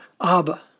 Abba